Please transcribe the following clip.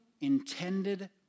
intended